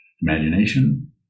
imagination